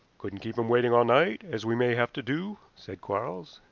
couldn't keep him waiting all night, as we may have to do, said quarles.